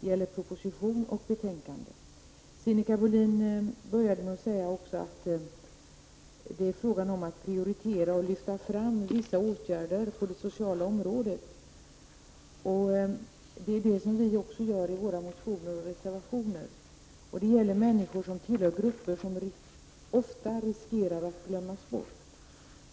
gäller både proposition och betänkande. Sinikka Bohlin började med att säga att det är fråga om att prioritera och lyfta fram vissa åtgärder på det sociala området. Det är det som vi också gör i våra motioner och reservationer, och det gäller människor som tillhör grupper som ofta riskerar att glömmas bort.